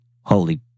holy